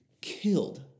killed